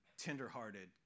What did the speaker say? Tenderhearted